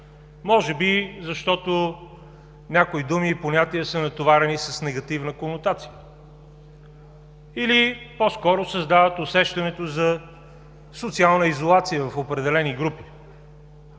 Може би защото някои думи и понятия са натоварени с негативна конотация или по-скоро създават усещането за социална изолация в определени групи.